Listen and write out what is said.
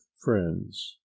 friends